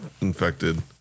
infected